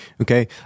Okay